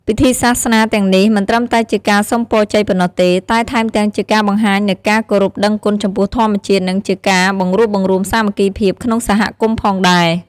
ពិធីសាសនាទាំងនេះមិនត្រឹមតែជាការសុំពរជ័យប៉ុណ្ណោះទេ តែថែមទាំងជាការបង្ហាញនូវការគោរពដឹងគុណចំពោះធម្មជាតិ និងជាការបង្រួបបង្រួមសាមគ្គីភាពក្នុងសហគមន៍ផងដែរ។